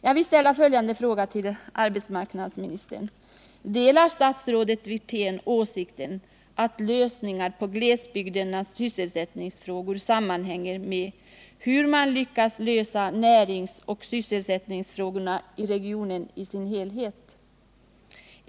Jag vill ställa följande fråga till arbetsmarknadsministern: Delar arbetsmarknadsministern åsikten att lösningar på glesbygdernas sysselsättningsfrågor sammanhänger med hur man lyckas lösa näringsoch sysselsättningsfrågorna i regionen i dess helhet?